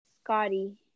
Scotty